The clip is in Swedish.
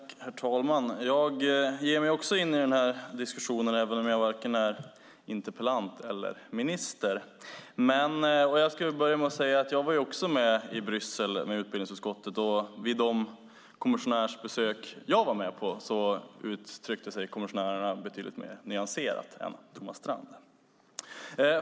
Herr talman! Jag ger mig också in i den här diskussionen även om jag varken är interpellant eller minister. Jag ska börja med att säga att jag också var med i Bryssel med utbildningsutskottet. Vid de kommissionärsbesök jag var med på uttryckte sig kommissionärerna betydligt mer nyanserat än Thomas Strand.